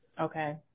Okay